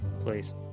Please